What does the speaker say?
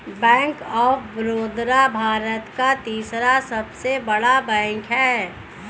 bank of Baroda Bharat का तीसरा सबसे बड़ा बैंक हैं